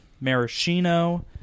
maraschino